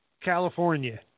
California